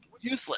useless